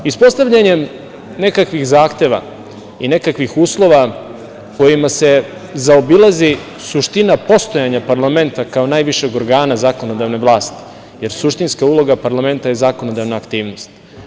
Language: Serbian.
Ispostavljanjem nekakvih zahteva i nekakvih uslova kojima se zaobilazi suština postojanja parlamenta kao najvišeg organa zakonodavne vlasti, jer suštinska uloga parlamenta je zakonodavna aktivnost.